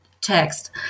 text